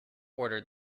ordered